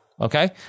Okay